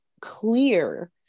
clear